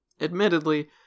Admittedly